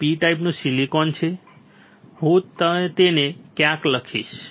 આ P ટાઈપનું silicon છે હું તેને ક્યાંક લખીશ